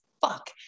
fuck